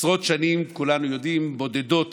כולנו יודעים, עשרות שנים בודדות